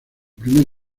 primer